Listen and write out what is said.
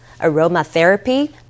aromatherapy